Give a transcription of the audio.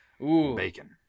bacon